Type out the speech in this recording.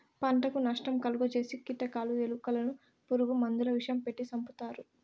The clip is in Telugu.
పంటకు నష్టం కలుగ జేసే కీటకాలు, ఎలుకలను పురుగు మందుల విషం పెట్టి సంపుతారు